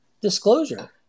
disclosure